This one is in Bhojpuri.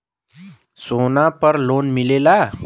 सोना पर लोन मिलेला?